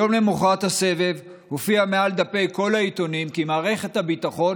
יום למוחרת הסבב הופיע מעל דפי כל העיתונים כי מערכת הביטחון